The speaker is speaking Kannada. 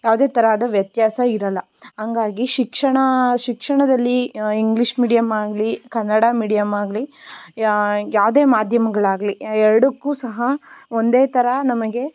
ಯಾವುದೇ ತರಹದ ವ್ಯತ್ಯಾಸ ಇರೋಲ್ಲ ಹಂಗಾಗಿ ಶಿಕ್ಷಣ ಶಿಕ್ಷಣದಲ್ಲಿ ಇಂಗ್ಲೀಷ್ ಮೀಡಿಯಮ್ ಆಗಲೀ ಕನ್ನಡ ಮೀಡಿಯಮ್ ಆಗಲೀ ಯಾವುದೇ ಮಾಧ್ಯಮಗಳಾಗ್ಲೀ ಎರಡಕ್ಕೂ ಸಹ ಒಂದೇ ತರಹ ನಮಗೆ